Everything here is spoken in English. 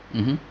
mmhmm